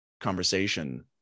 conversation